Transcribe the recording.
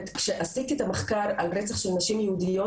כשעיתי את המחקר על רצח של נשים יהודיות